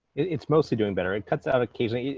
it's mostly doing better. it cuts out occasionally.